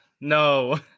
no